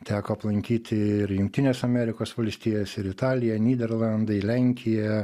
teko aplankyti ir jungtines amerikos valstijas ir italiją nyderlandai lenkija